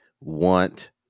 want